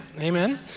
Amen